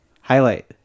highlight